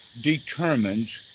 determines